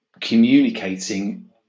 communicating